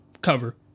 cover